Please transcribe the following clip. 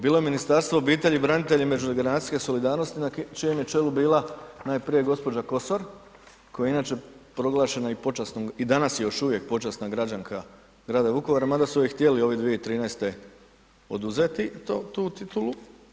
Bilo je Ministarstvo obitelji, branitelja i međugeneracijske solidarnosti na čijem je čelu bila najprije gđa. Kosor, koja je inače proglašena i počasnom i danas je još uvijek počasna građanka grada Vukovara, mada su je htjeli ovi 2013. oduzeti to, tu titulu.